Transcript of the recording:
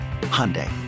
Hyundai